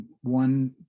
one